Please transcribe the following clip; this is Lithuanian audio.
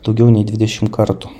daugiau nei dvidešim kartų